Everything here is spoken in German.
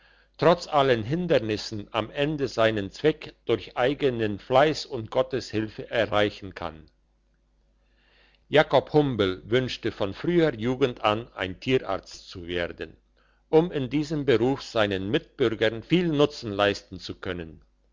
trotz allen hindernissen am ende seinen zweck durch eigenen fleiss und gottes hilfe erreichen kann jakob humbel wünschte von früher jugend an ein tierarzt zu werden um in diesem beruf seinen mitbürgern viel nutzen leisten zu können